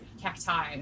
Cacti